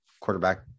quarterback